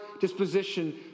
disposition